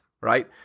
right